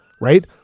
right